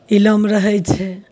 इलम रहैत छै